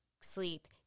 sleep